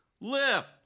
Lift